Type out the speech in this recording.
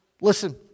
Listen